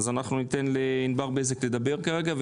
חברת הכנסת ענבר בזק, בבקשה.